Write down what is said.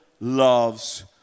loves